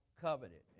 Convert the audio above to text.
covenant